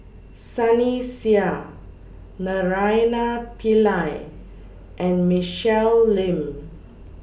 Sunny Sia Naraina Pillai and Michelle Lim